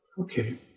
Okay